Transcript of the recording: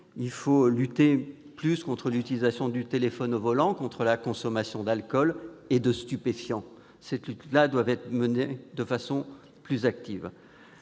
Il faut davantage lutter contre l'utilisation du téléphone au volant, contre la consommation d'alcool et de stupéfiants. Ces combats doivent être livrés de façon plus active.